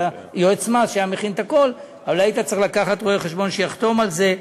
יועץ המס היה מכין את הכול אבל היית צריך לקחת רואה-חשבון שיחתום על זה.